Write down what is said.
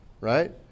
right